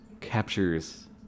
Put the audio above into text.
captures